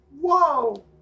Whoa